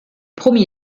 promis